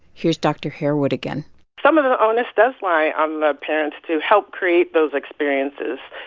here's dr. harewood again some of the onus does lie on the parents to help create those experiences.